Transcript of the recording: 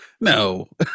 No